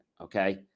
okay